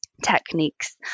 Techniques